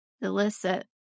illicit